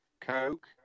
Coke